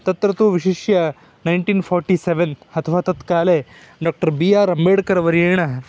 तत्र तु विशिष्य नैन्टीन् फ़ोर्टि सवेन् अथवा तत् काले डाक्टर् बि आर् आम्बेडकर् वर्येण